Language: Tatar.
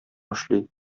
эшли